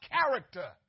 character